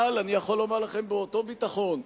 אבל אני יכול לומר לכם באותו ביטחון,